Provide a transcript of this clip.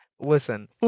Listen